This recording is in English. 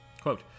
quote